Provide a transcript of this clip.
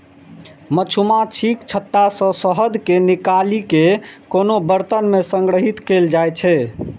मछुमाछीक छत्ता सं शहद कें निकालि कें कोनो बरतन मे संग्रहीत कैल जाइ छै